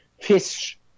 fish